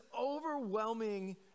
overwhelming